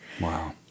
Wow